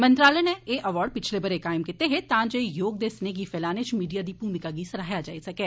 मंत्रालय नै एह् अवार्ड पिछले ब'रे कायम कीते हे तां जे योग दे सनेह् गी फैलाने च मीडिया दी भूमिका गी सराहेआ जाई सकै